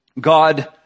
God